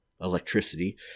electricity